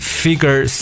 figure